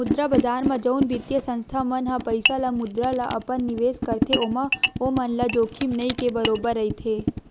मुद्रा बजार म जउन बित्तीय संस्था मन ह पइसा ल मुद्रा ल अपन निवेस करथे ओमा ओमन ल जोखिम नइ के बरोबर रहिथे